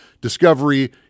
Discovery